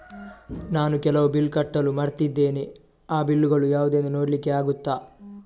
ನಾನು ಕೆಲವು ಬಿಲ್ ಕಟ್ಟಲು ಮರ್ತಿದ್ದೇನೆ, ಆ ಬಿಲ್ಲುಗಳು ಯಾವುದೆಂದು ನೋಡ್ಲಿಕ್ಕೆ ಆಗುತ್ತಾ?